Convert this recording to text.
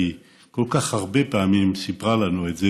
כי כל כך הרבה פעמים היא סיפרה לנו את זה,